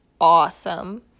awesome